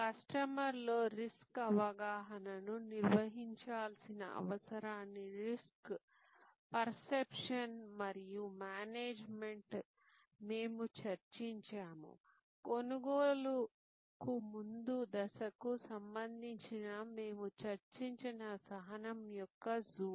కస్టమర్లలో risk అవగాహనను నిర్వహించాల్సిన అవసరాన్ని రిస్క్ పర్సెప్షన్ మరియు మేనేజ్మెంట్ మేము చర్చించాము కొనుగోలుకు ముందు దశకు సంబంధించి మేము చర్చించిన సహనం యొక్క జోన్